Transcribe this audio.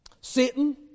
Satan